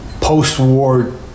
post-war